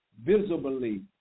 visibly